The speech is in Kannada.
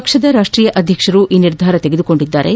ಪಕ್ಷದ ರಾಷ್ಟೀಯ ಅದ್ಯಕ್ಷರು ಈ ನಿರ್ಧಾರ ತೆಗೆದುಕೊಂಡಿದ್ದಾರೆ